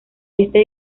este